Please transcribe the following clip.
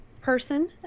person